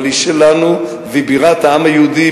אבל היא שלנו והיא בירת העם היהודי,